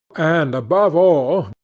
and, above all,